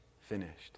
finished